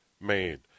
made